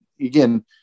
again